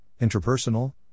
interpersonal